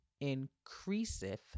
increaseth